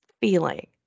feeling